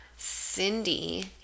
Cindy